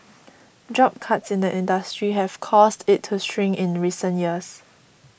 job cuts in the industry have caused it to shrink in recent years